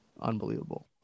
Unbelievable